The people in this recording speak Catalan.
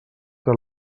que